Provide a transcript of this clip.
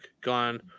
gone